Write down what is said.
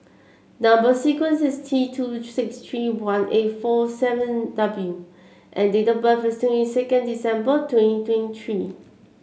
number sequence is T two six three one eight four seven W and date of birth is twenty second December twenty twenty three